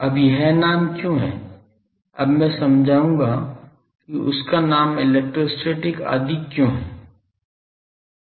अब यह नाम क्यों है अब मैं समझाऊंगा कि इसका नाम इलेक्ट्रोस्टैटिक आदि क्यों है